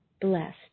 blessed